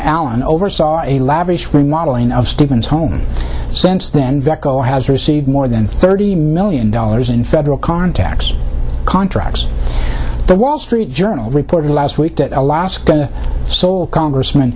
alan oversaw a lavish remodeling of stevens home since then veco has received more than thirty million dollars in federal contacts contracts the wall street journal reported last week that alaska sole congressm